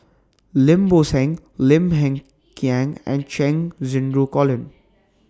Lim Bo Seng Lim Hng Kiang and Cheng Xinru Colin